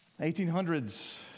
1800s